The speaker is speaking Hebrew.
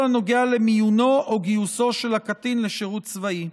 הנוגע למיונו או גיוסו של הקטין לשירות צבאי.